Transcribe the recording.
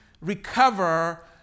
recover